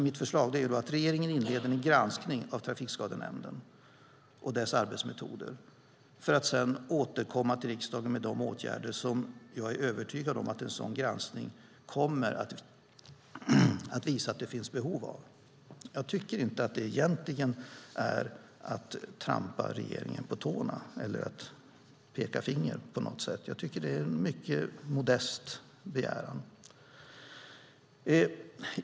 Mitt förslag är att regeringen inleder en granskning av Trafikskadenämnden och dess arbetsmetoder för att sedan återkomma till riksdagen med de åtgärder som jag är övertygad om att en sådan granskning kommer att visa att det finns behov av. Jag tycker inte att det är att trampa regeringen på tårna eller att peka finger. Jag tycker att det är en mycket modest begäran.